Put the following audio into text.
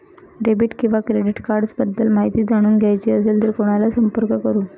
Debit किंवा credit cards बद्दल माहिती जाणून घ्यायची असेल तर कोणाला संपर्क करु?